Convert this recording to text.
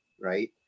right